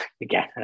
again